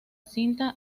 cinta